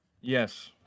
yes